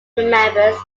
members